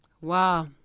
Wow